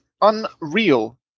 unreal